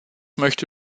möchte